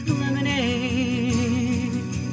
lemonade